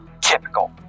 Typical